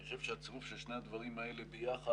אני חושב שהצירוף של שני הדברים האלה יחד